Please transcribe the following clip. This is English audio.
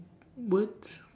words